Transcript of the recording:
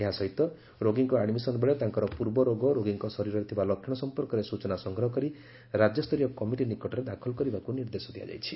ଏହା ସହିତ ରୋଗୀଙ୍କ ଆଡ୍ମିଶନ୍ବେଳେ ତାଙ୍କର ପୂର୍ବ ରୋଗ ରୋଗୀଙ୍କ ଶରୀରରେ ଥିବା ଲକ୍ଷଣ ସମ୍ପର୍କରେ ସୂଚନା ସଂଗ୍ରହ କରି ରାକ୍ୟସ୍ତରୀୟ କମିଟି ନିକଟରେ ଦାଖଲ କରିବାକୁ ନିର୍ଦ୍ଦେଶ ଦିଆଯାଇଛି